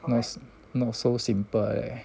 not so not so simple leh